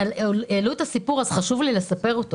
העלו את הסיפור אז חשוב לי לספר אותו